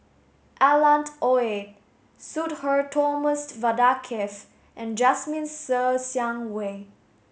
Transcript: Alan Oei Sudhir Thomas Vadaketh and Jasmine Ser Xiang Wei